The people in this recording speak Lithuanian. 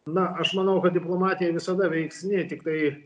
na aš manau kad diplomatija visada veiksni tiktai